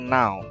now